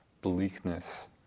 bleakness